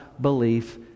belief